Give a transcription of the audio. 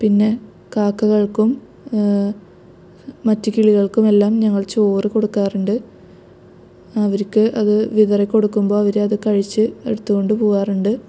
പിന്നെ കാക്കകൾക്കും മറ്റു കിളികൾക്കുമെല്ലാം ഞങ്ങൾ ചോറ് കൊടുക്കാറുണ്ട് അവർക്ക് അത് വിതെറി കൊടുക്കുമ്പോൾ അവരത് കഴിച്ച് എടുത്തുകൊണ്ട് പോകാറുണ്ട്